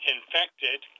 Infected